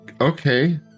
Okay